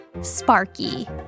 Sparky